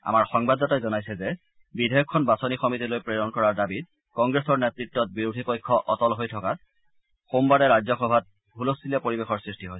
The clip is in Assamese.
আমাৰ সংবাদদাতাই জনাইছে যে বিধেয়কখন বাচনি সমিতিলৈ প্লেৰণ কৰাৰ দাবীত কংগ্ৰেছ নেত্ৰতাধীন বিৰোধী পক্ষ অটল হৈ থকাত আৰু সোমবাৰে ৰাজ্যসভাত হুলস্থুলীয়া পৰিৱেশৰ সৃষ্টি হয়